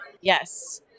Yes